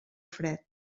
fred